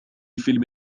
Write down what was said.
فيلم